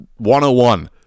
101